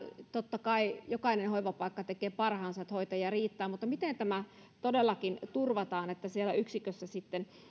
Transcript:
totta kai jokainen hoivapaikka tekee parhaansa että hoitajia riittää mutta miten tämä todellakin turvataan että siellä yksikössä sitten